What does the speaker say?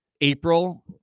April